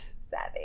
Savvy